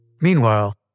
Meanwhile